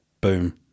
boom